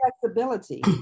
flexibility